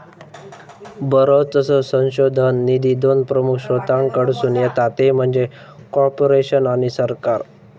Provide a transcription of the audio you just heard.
बरोचसो संशोधन निधी दोन प्रमुख स्त्रोतांकडसून येता ते म्हणजे कॉर्पोरेशन आणि सरकार